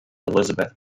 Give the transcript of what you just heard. elizabeth